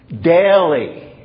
Daily